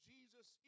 Jesus